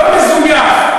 לא מזויף,